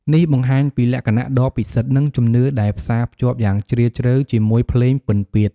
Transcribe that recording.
នេះបង្ហាញពីលក្ខណៈដ៏ពិសិដ្ឋ និងជំនឿដែលផ្សារភ្ជាប់យ៉ាងជ្រាលជ្រៅជាមួយភ្លេងពិណពាទ្យ។